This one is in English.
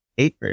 Eight